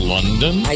London